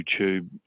YouTube